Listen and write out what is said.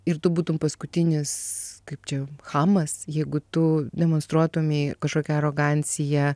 ir tu būtum paskutinis kaip čia chamas jeigu tu demonstruotumei kažkokią aroganciją